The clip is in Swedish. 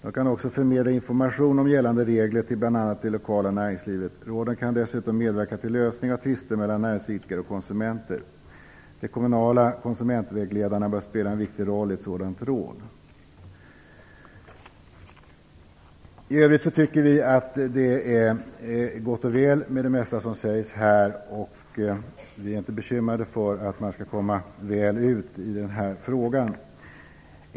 De kan också förmedla information om gällande regler till bl.a. det lokala näringslivet. Råden kan dessutom medverka till lösning av tvister mellan näringsidkare och konsumenter. De kommunala konsumentvägledarna bör spela en viktig roll i ett sådant råd. I övrigt tycker vi att det är gott och väl med det mesta som sägs här, och vi är inte bekymrade för att man skall komma väl ut i den här frågan.